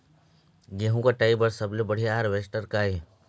गेहूं कटाई बर सबले बढ़िया हारवेस्टर का ये?